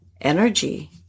energy